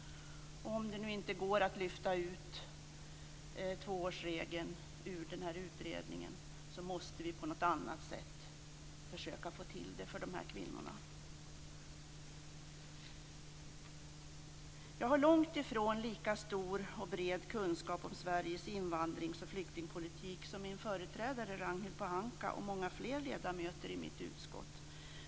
Om det nu inte går att lyfta ut tvåårsregeln ur denna utredning, måste vi på något annat sätt försöka ordna det för dessa kvinnor. Jag har långt ifrån lika stor och bred kunskap om Sveriges invandrings och flyktingpolitik som min företrädare Ragnhild Pohanka och andra ledamöter i mitt utskott.